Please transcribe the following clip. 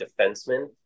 defenseman